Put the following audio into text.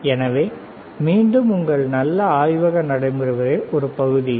எனவே மீண்டும் உங்கள் நல்ல ஆய்வக நடைமுறைகளின் ஒரு பகுதி இது